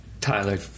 Tyler